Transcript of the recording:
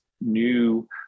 new